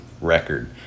record